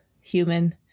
human